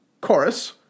Chorus